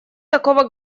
такого